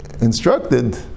instructed